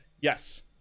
yes